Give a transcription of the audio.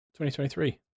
2023